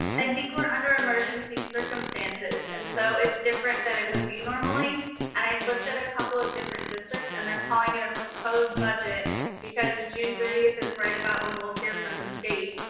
and think we're under emergency circumstances, and so it's different than it would be normally and i've looked at a couple of different districts and they're calling it a proposed budget because june thirtieth is right about when we'll hear from the state.